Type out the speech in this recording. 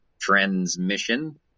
transmission